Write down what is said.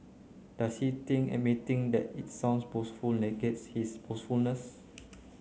does he think admitting that it sounds boastful negates his boastfulness